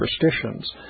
superstitions